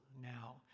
now